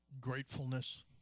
gratefulness